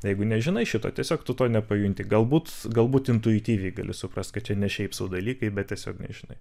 jeigu nežinai šito tiesiog tu to nepajunti galbūt galbūt intuityviai gali suprast kad čia ne šiaip sau dalykai bet tiesiog nežinai